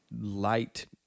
light